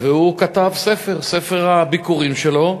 והוא כתב ספר, ספר הביכורים שלו,